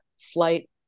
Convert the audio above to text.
flight